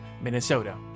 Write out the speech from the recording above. Minnesota